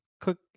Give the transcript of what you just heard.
cook